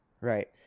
right